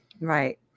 Right